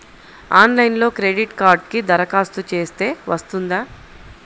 ఆన్లైన్లో క్రెడిట్ కార్డ్కి దరఖాస్తు చేస్తే వస్తుందా?